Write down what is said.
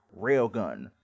railgun